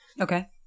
Okay